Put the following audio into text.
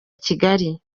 kigali